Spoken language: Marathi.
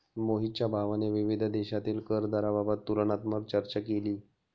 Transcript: मोहितच्या भावाने विविध देशांतील कर दराबाबत तुलनात्मक चर्चा केली